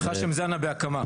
ח'שם זנה בהקמה.